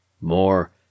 More